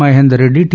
Mahender Reddy T